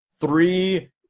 three